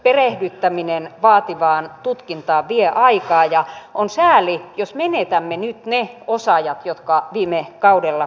perehdyttäminen vaativaan tutkintaan vie aikaa ja on sääli jos menetämme nyt ne osaajat jotka viime kaudella koulutettiin